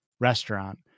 restaurant